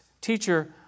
Teacher